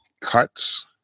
cuts